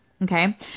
Okay